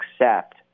accept